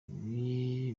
ibi